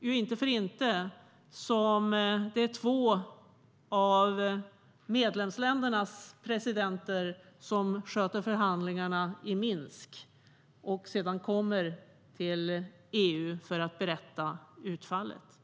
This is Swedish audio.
inte för inte som det är två av medlemsländernas presidenter som sköter förhandlingarna i Minsk och sedan kommer till EU för att berätta om utfallet.